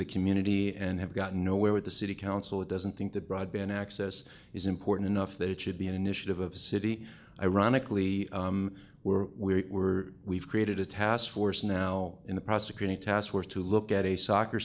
the community and have gotten nowhere with the city council it doesn't think that broadband access is important enough that it should be an initiative of city ironically were we were we've created a task force now in a prosecuting taskforce to look at a soccer